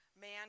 man